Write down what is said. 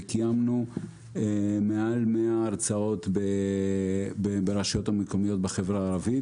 וקיימנו מעל 100 הרצאות ברשויות המקומיות בחברה הערבית,